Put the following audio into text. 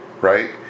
right